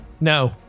No